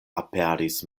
aperis